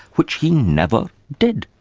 which he never did.